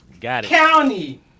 county